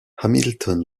hamilton